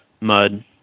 mud